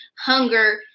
hunger